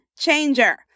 changer